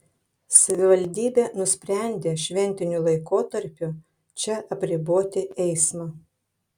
savivaldybė nusprendė šventiniu laikotarpiu čia apriboti eismą